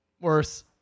worse